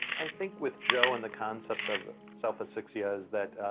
i think with joe and the concept of self-asphyxia is that, ah,